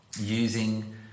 using